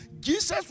Jesus